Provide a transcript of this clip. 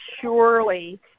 surely